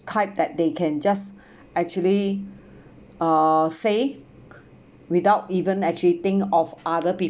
type that they can just actually uh say without even actually think of other